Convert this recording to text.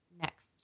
next